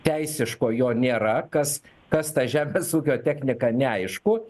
teisiško jo nėra kas kas tą žemės ūkio technika neaišku